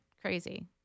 Crazy